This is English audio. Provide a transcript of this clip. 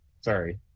sorry